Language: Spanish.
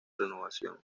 renovación